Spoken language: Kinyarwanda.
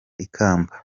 ikamba